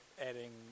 adding